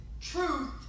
truth